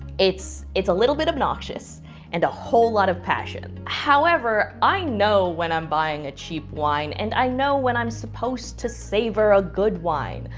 it's it's a little bit obnoxious and a whole lot of passion. however, i know when i'm buying a cheap wine and i know when i'm supposed to savor a good wine.